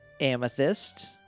Amethyst